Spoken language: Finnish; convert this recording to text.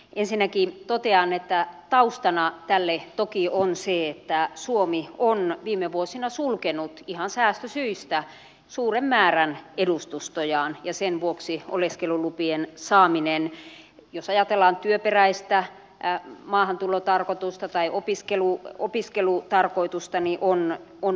ensinnäkin totean että taustana tälle toki on se että suomi on viime vuosina sulkenut ihan säästösyistä suuren määrän edustustojaan ja sen vuoksi oleskelulupien saaminen jos ajatellaan työperäistä maahantulotarkoitusta tai opiskelutarkoitusta on vaikeutunut